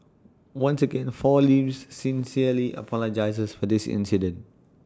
once again four leaves sincerely apologises for this incident